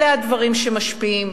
אלה הדברים שמשפיעים,